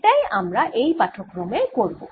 এটাই আমরা এই পাঠক্রমে করব